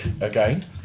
again